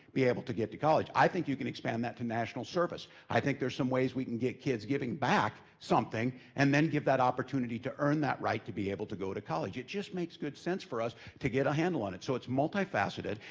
be able to get to college. i think you can expand that to national service. i think there's some ways we can get kids giving back something, and then give that opportunity to earn that right to be able to go to college. it just makes good sense for us to get a handle on it. so it's multifaceted,